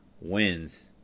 wins